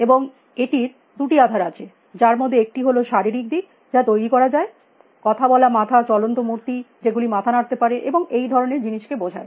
এবং এটির দুটি আধার আছে যার মধ্যে একটি হল শারীরিক দিক যা তৈরী করা কথা বলা মাথা চলন্ত মূর্তি যেগুলি মাথা নাড়তে পারে এবং এইধরনের জিনিসকে বোঝায়